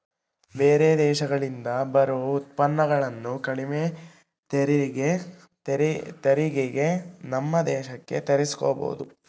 ಬೇರೆ ದೇಶಗಳಿಂದ ಬರೊ ಉತ್ಪನ್ನಗುಳನ್ನ ಕಡಿಮೆ ತೆರಿಗೆಗೆ ನಮ್ಮ ದೇಶಕ್ಕ ತರ್ಸಿಕಬೊದು